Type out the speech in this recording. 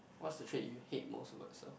what's the trait you hate most about yourself